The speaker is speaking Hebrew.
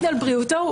היום?